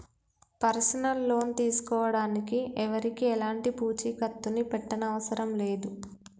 personal loan తీసుకోడానికి ఎవరికీ ఎలాంటి పూచీకత్తుని పెట్టనవసరం లేదు